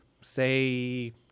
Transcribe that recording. say